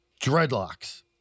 dreadlocks